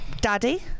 Daddy